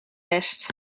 best